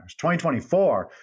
2024